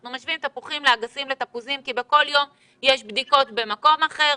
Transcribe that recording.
אנחנו משווים תפוחים לאגסים לתפוזים כי בכל יום יש בדיקות במקום אחר,